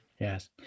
Yes